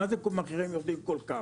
מה זה אומר כל כך?